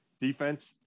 defense